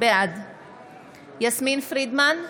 בעד יסמין פרידמן,